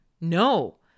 No